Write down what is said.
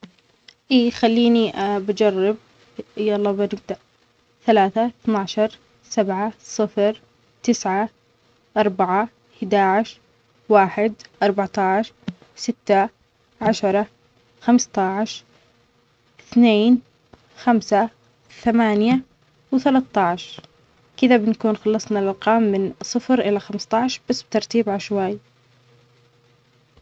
يخليني اه بجرب يلا بنبدأ ثلاثة اثنى عشر سبعة صفر تسعة اربعة احداعشر واحد اربعة عشر ستة عشرة خمسة عشر اثنين خمسة ثمانية ثلاثة عشر كذا بنكون خلصنا الارقام من صفر الى خمسة عشر بس بترتيب عشوائي.